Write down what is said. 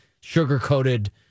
sugar-coated